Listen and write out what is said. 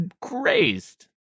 crazed